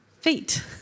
feet